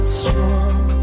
strong